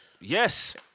Yes